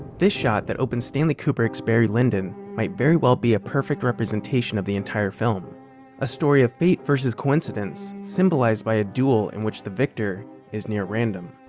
this shot that opens stanley kubrick's barry lyndon might very well be a perfect representation of the entire film a story of fate versus coincidence symbolized by a duel in which the victor is near random.